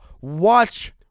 watch